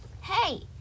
Hey